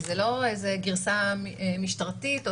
אבל זו לא גרסה משטרתית --- נכון.